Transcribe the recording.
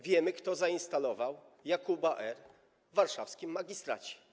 Wiemy, kto zainstalował Jakuba R. w warszawskim magistracie.